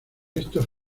estos